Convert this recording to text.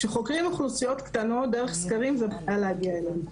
כאשר חוקרים אוכלוסיות קטנות דרך סקרים זו בעיה להגיע אליהם,